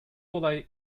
olay